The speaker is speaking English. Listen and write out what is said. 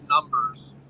numbers